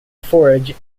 forage